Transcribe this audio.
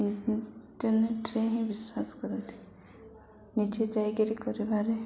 ଇଣ୍ଟରନେଟରେ ହିଁ ବିଶ୍ୱାସ କରନ୍ତି ନିଜେ ଯାଇକରି କରିବାରେ